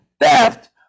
theft